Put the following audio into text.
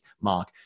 mark